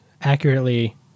accurately